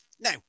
Now